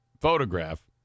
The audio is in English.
photograph